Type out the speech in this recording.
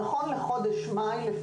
נכון לחודש מאי 2023,